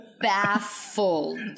baffled